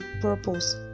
purpose